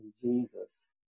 Jesus